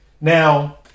Now